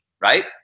right